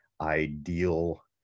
ideal